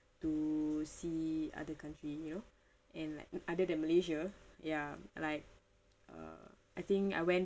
to see other country you know and like other than malaysia ya like uh I think I went